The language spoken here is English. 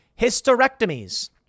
hysterectomies